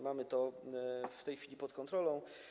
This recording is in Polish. Mamy to w tej chwili pod kontrolą.